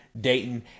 Dayton